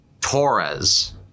Torres